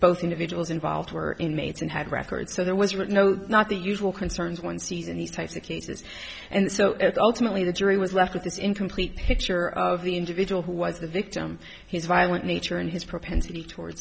both individuals involved were inmates and had records so there wasn't no not the usual concerns one sees in these types of cases and so it's ultimately the jury was left with this incomplete picture of the individual who was the victim he's violent nature and his propensity towards